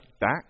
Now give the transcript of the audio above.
back